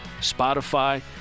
Spotify